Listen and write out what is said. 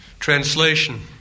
Translation